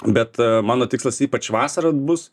bet mano tikslas ypač vasarą bus